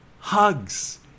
Hugs